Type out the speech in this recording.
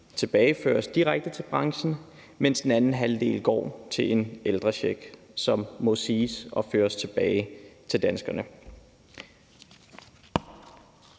tilbageføres direkte til branchen, mens den anden halvdel går til en ældrecheck, som må siges at være noget, der føres tilbage til danskerne.